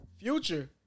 future